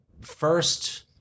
first